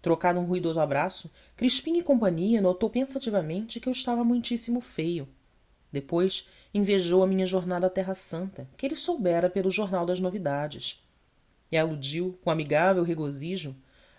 trocado um ruidoso abraço crispim cia notou pensativamente que eu estava muitíssimo feio depois invejou a minha jornada à terra santa que ele soubera pelo jornal das novidades e aludiu com amigável regozijo